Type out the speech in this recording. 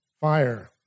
Fire